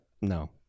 No